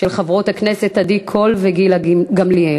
של חברות הכנסת עדי קול וגילה גמליאל.